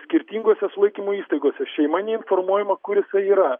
skirtingose sulaikymo įstaigose šeima neinformuojama kur jisai yra